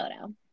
photo